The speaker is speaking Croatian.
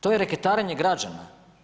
To je reketarenje građana.